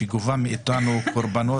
שהיא גובה מאיתנו קורבנות,